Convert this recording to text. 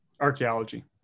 Archaeology